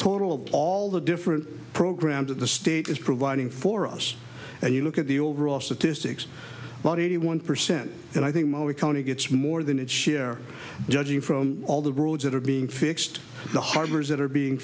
total of all the different programs of the state is providing for us and you look at the overall statistics about eighty one percent and i think mostly county gets more than its share judging from all the roads that are being fixed the harbors that are being